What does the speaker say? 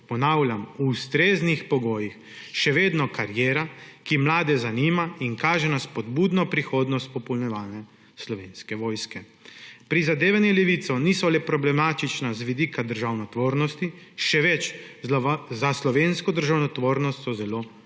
ponavljam, ustreznih pogojih, še vedno kariera, ki mlade zanima in kaže na spodbudno prihodnost popolnjevanja Slovenske vojske. Prizadevanja Levice niso le problematična z vidika državotvornosti, še več, za slovensko državotvornost so zelo škodljiva.